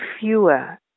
fewer